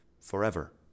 forever